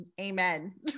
amen